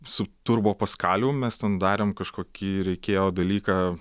su turbo paskaliu mes ten darėm kažkokį reikėjo dalyką